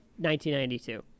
1992